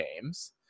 games